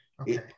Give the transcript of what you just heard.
okay